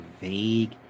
vague